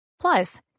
Plus